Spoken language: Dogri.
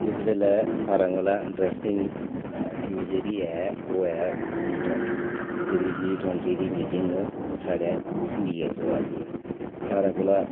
इस बेल्लै सारें कोला इंटरस्टिंग न्यूज़ जेह्ड़ी ऐ ओह् ऐ जी टवेंटी जी टवेंटी दी मीटिंग साढ़े इंडिया च होआ दी ऐ सारे कोला